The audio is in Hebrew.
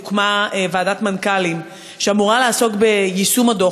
הוקמה ועדת מנכ"לים שאמורה לעסוק ביישום הדוח,